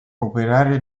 operare